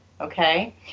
Okay